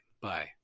Bye